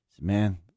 man